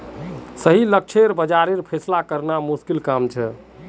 सही लक्ष्य बाज़ारेर फैसला करना मुश्किल काम छे